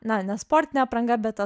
na ne sportinė apranga bet ta